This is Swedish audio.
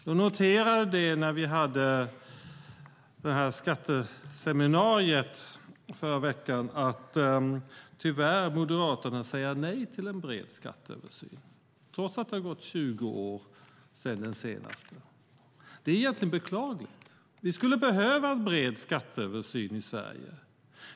Jag noterade när vi hade skatteseminariet i förra veckan att Moderaterna tyvärr säger nej till en bred skatteöversyn, trots att det har gått 20 år sedan den senaste. Det är beklagligt. Vi skulle behöva en bred skatteöversyn i Sverige.